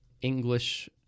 English